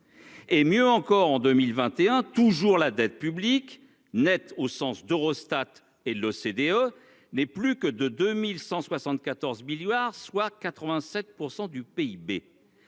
Et mieux encore en 2021 toujours, la dette publique nette au sens d'Eurostat et l'OCDE n'est plus que de 2174 milliards, soit 87% du PIB.